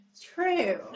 True